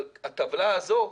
הטבלה הזו,